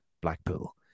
Blackpool